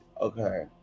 okay